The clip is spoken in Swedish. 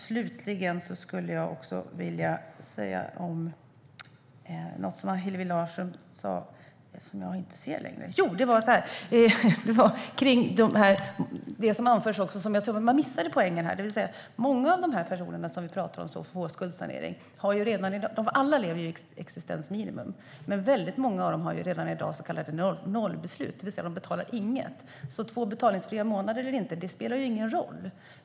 Slutligen har vi något som har anförts men där man missade poängen. Alla de personer som vi pratar om och som får skuldsanering lever på existensminimum, men många av dem har redan i dag så kallade nollbeslut, det vill säga de betalar inget. Två betalningsfria månader eller inte spelar alltså ingen roll.